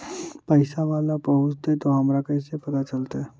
पैसा बाला पहूंचतै तौ हमरा कैसे पता चलतै?